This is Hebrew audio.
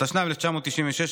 התשנ"ו 1996,